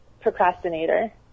procrastinator